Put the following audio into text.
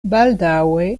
baldaŭe